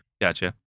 Gotcha